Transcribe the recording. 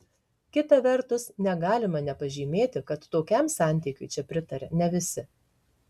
kita vertus negalima nepažymėti kad tokiam santykiui čia pritaria ne visi